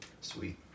Sweet